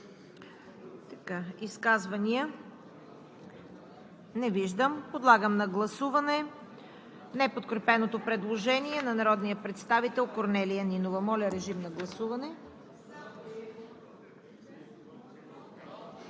Изказвания? Не виждам. Подлагам на гласуване неподкрепеното предложение на народния представител Корнелия Нинова и група